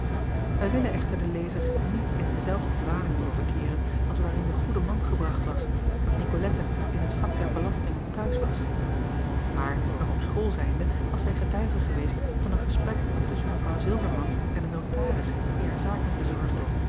ij willen echter den lezer niet in dezelfde dwaling doen verkeeren als waarin de goede man gebracht was dat icolette in het vak der belastingen t huis was aar nog op school zijnde was zij getuige geweest van een gesprek tusschen w ilverman en een notaris die haar zaken bezorgde